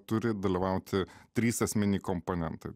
turi dalyvauti trys esminiai komponentai